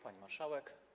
Pani Marszałek!